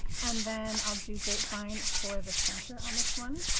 and then i'll do grapevine for the center on this one.